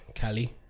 Callie